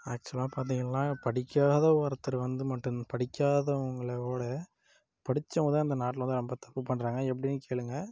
ஆக்சுவலாக பார்த்திங்கள்னா படிக்காத ஒருத்தர் வந்து மட்டுன் படிக்காதவங்கள விட படிச்சவங்கதா இந்த நாட்டில் தான் ரொம்ப தப்பு பண்றாங்க எப்படின்னு கேளுங்க